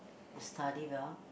they study well